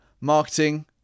marketing